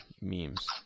memes